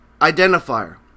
identifier